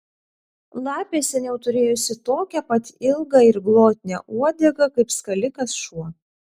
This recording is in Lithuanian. lapė seniau turėjusi tokią pat ilgą ir glotnią uodegą kaip skalikas šuo